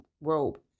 robe